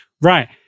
Right